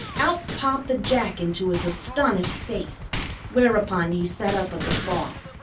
out popped the jack into his astonished face whereupon he set up a guffaw.